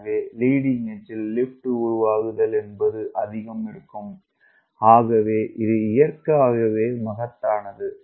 எனவே லீடிங் எட்ஜ்ல் லிப்ட் உருவாகுதல் என்பது அதிகம் இருக்கும் ஆகவே இது இயற்கையாகவே மகத்தானது